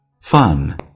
Fun